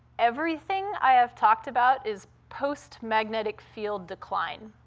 everything i have talked about is post-magnetic field decline.